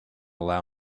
allow